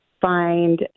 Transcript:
find